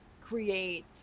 create